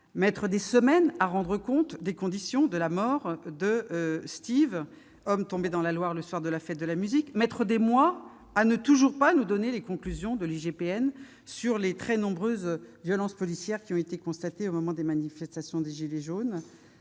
mettre des semaines à rendre compte des conditions de la mort de Steve, l'homme tombé dans la Loire le soir de la Fête de la musique, de ne toujours pas nous donner les conclusions de l'IGPN sur les très nombreuses violences policières qui ont été constatées au moment des manifestations des « gilets jaunes